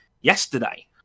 yesterday